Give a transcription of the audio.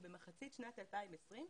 שבמחצית שנת 2020,